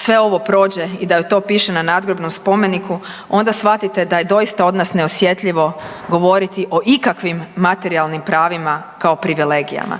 sve ovo prođe i da joj to piše na nadgrobnom spomeniku onda shvatite da je doista od nas neosjetljivo govoriti o ikakvim materijalnim pravima kao privilegijama.